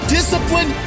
Discipline